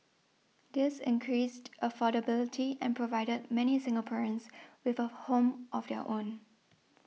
this increased affordability and provided many Singaporeans with a home of their own